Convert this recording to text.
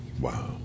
Wow